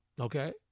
Okay